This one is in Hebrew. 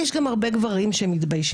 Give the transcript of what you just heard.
יש גם הרבה גברים שמתביישים.